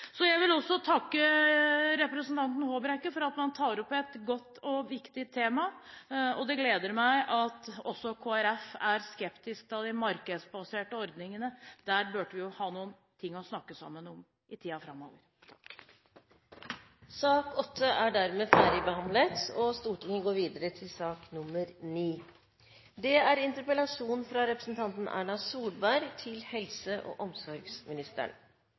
Så jeg vil også takke representanten Håbrekke for at han tar opp et godt og viktig tema, og det gleder meg at også Kristelig Folkeparti er skeptisk til alle de markedsbaserte ordningene. Der burde vi ha noe å snakke sammen om i tiden framover. Sak nr. 8 er dermed ferdigbehandlet.